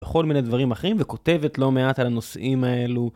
כל מיני דברים אחרים וכותבת לא מעט על הנושאים האלו.